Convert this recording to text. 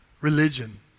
religion